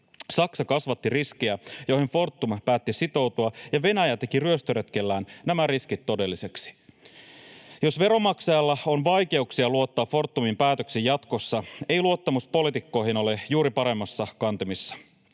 Saksa kasvatti riskejä, joihin Fortum päätti sitoutua, ja Venäjä teki ryöstöretkellään nämä riskit todellisiksi. Jos veronmaksajalla on vaikeuksia luottaa Fortumin päätöksiin jatkossa, ei luottamus poliitikkoihin ole juuri paremmissa kantimissa.